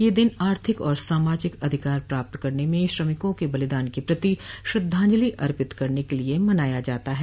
यह दिन आर्थिक और सामाजिक अधिकार प्राप्त करने में श्रमिकों के बलिदान के प्रति श्रद्धाजंलि अर्पित करने के लिये मनाया जाता है